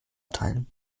teilen